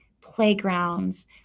playgrounds